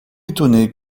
étonné